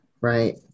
right